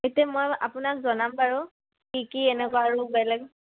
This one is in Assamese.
এতিয়া মই আপোনাক জনাম বাৰু কি কি এনেকুৱা আৰু বেলেগ